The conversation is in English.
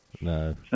No